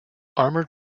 armoured